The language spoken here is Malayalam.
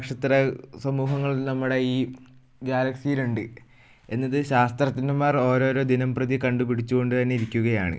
നക്ഷത്ര സമൂഹങ്ങൾ നമ്മുടെ ഈ ഗാലക്സിയിൽ ഉണ്ട് എന്നത് ശാസ്ത്രജ്ന്മാർ ഓരോരോ ദിനംപ്രതി കണ്ടുപിടിച്ച് കൊണ്ട് തന്നെ ഇരിക്കുകയാണ്